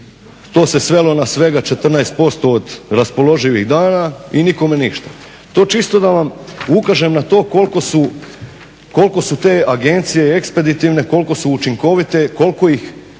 to se svelo na svega 14% od raspoloživih dana i nikome ništa. To čisto da vam ukažem na to koliko su te agencije ekspeditivne, koliko su učinkovite, koliko ih